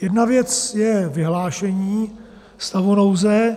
Jedna věc je vyhlášení stavu nouze.